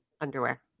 underwear